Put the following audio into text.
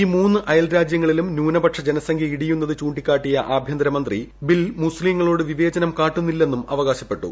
ഈ മൂന്ന് അയൽരാജ്യങ്ങളിലും ന്യൂനപക്ഷ ജനസംഖ്യ ഇടിയുന്നത് ചൂണ്ടിക്കാട്ടിയ ആഭ്യന്തരമന്ത്രി മുസ്തീംങ്ങളോട് വിവേചനം കാട്ടുന്നില്ലെന്നും അവകാശപ്പെട്ടു